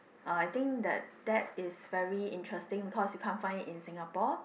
uh I think that that is very interesting because you can't find it in Singapore